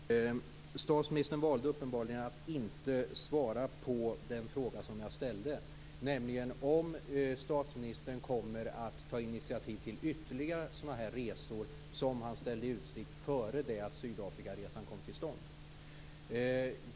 Herr talman! Statsministern valde uppenbarligen att inte svara på den fråga som jag ställde, nämligen om statsministern kommer att ta initiativ till ytterligare sådana här resor som han ställde i utsikt före det att Sydafrikaresan kom till stånd.